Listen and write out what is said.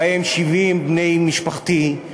ובהם 70 בני משפחתי,